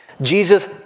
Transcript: Jesus